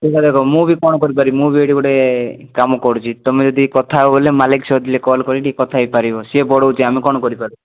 ଦେଖ ଦେଖ ମୁଁ ବି କ'ଣ କରିପାରିବି ମୁଁ ବି ଏଇଠି ଗୋଟେ କାମ କରୁଛି ତୁମେ ଯଦି କଥା ହବ ବୋଲେ ମାଲିକ ସହିତ କଲ କରିକି କଥା ହେଇ ପାରିବ ସିଏ ବଢ଼ଉଛି ଆମେ କ'ଣ କରିପାରିବୁ